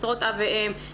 משרות אב ואם,